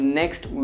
next